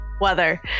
weather